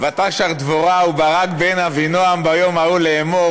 "ותשר דבורה וברק בן אבינעם ביום ההוא לאמר,